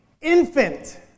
infant